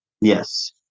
Yes